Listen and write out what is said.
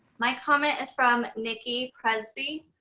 my comment is from nicki presby.